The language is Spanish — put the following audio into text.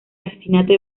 asesinato